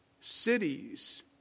Cities